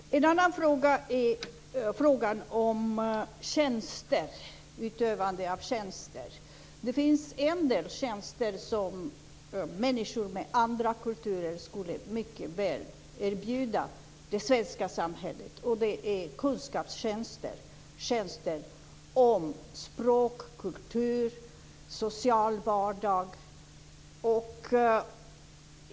Fru talman! En annan fråga är frågan om utövande av tjänster. Det finns en del tjänster som människor med andra kulturer mycket väl skulle kunna erbjuda det svenska samhället, och det är kunskapstjänster, tjänster om språk, kultur, social vardag.